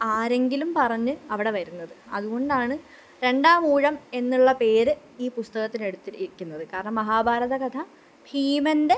ആരെങ്കിലും പറഞ്ഞ് അവിടെ വരുന്നത് അതുകൊണ്ടാണ് രണ്ടാമൂഴം എന്നുള്ള പേര് ഈ പുസ്തകത്തിനെടുത്തിരിക്കുന്നത് കാരണം മഹാഭാരത കഥ ഭീമന്റെ